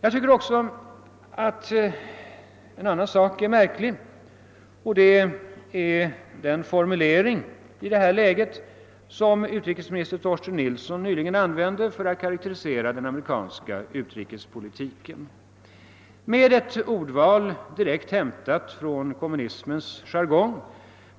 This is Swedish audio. Även en annan sak är enligt min mening märklig, nämligen den formulering som utrikesminister Torsten Nilsson i detta läge nyligen använde för att karakterisera den amerikanska utrikespolitiken. Med ett ordval direkt hämtat från kommunismens jargong